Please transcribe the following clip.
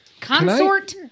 Consort